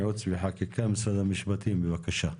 ייעוץ וחקיקה משרד המשפטים בבקשה.